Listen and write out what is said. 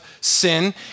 sin